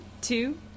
two